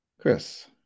Chris